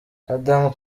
adam